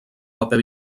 paper